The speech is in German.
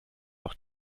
auch